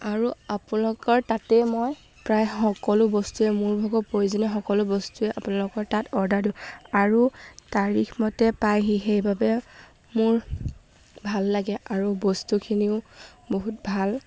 আৰু আপোনালোকৰ তাতে মই প্ৰায় সকলো বস্তুৱে মোৰ ভাগৰ প্ৰয়োজনীয় সকলো বস্তুৱে আপোনালোকৰ তাত অৰ্ডাৰ দিওঁ আৰু তাৰিখমতে পাইহি সেইবাবে মোৰ ভাল লাগে আৰু বস্তুখিনিও বহুত ভাল